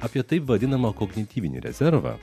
apie taip vadinamą kognityvinį rezervą